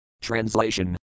Translation